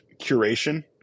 curation